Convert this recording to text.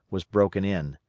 was broken in.